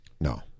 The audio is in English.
no